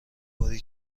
باری